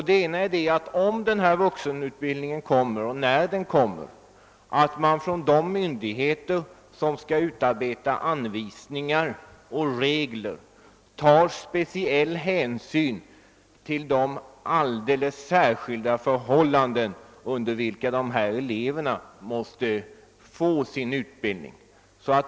Det ena är att de myndigheter som skall utarbeta anvisningar och regler för denna vuxenutbildning — om och när den kommer — tar särskild hänsyn till de alldeles speciella förhållanden under vilka dessa elever måste få sin utbildning.